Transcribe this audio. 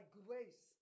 grace